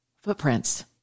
footprints